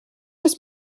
was